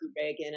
Reagan